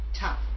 tough